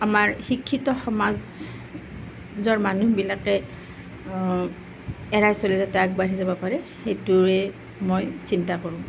আমাৰ শিক্ষিত সমাজৰ মানুহবিলাকে এৰাই চলি যাতে আগবাঢ়ি যাব পাৰে সেইটোৱে মই চিন্তা কৰোঁ